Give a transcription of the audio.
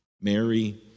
Mary